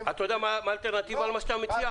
--- אתה יודע מה האלטרנטיבה למה שאתה מציע?